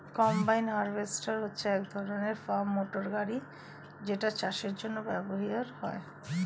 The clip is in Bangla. কম্বাইন হারভেস্টার হচ্ছে এক ধরণের ফার্ম মোটর গাড়ি যেটা চাষের জন্য ব্যবহার হয়